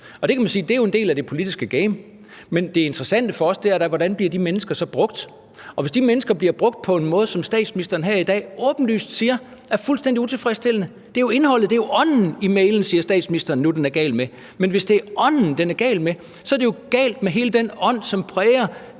jo er en del af det politiske game, men det interessante for os er, hvordan de mennesker så bliver brugt. Og de mennesker bliver brugt på en måde, som statsministeren her i dag åbenlyst siger er fuldstændig utilfredsstillende – det er jo indholdet, det er jo ånden i mailen, siger statsministeren nu den er gal med. Men hvis det er ånden, den er gal med, så er der jo noget galt med hele den ånd, som præger